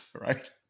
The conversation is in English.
right